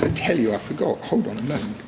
ah tell you, i forgot, hold on a moment.